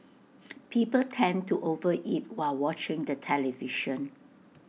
people tend to over eat while watching the television